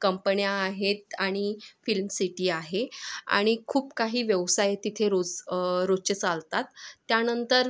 कंपन्या आहेत आणि फिल्मसिटी आहे आणि खूप काही व्यवसाय तिथे रोज रोजचे चालतात त्यानंतर